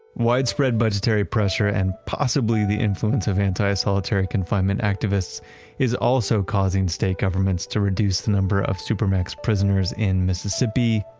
widespread budgetary pressure and possibly the influence of anti-solitary confinement activists is also causing state governments to reduce the number of supermax prisoners in mississippi,